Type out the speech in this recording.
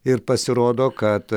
ir pasirodo kad